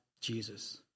Jesus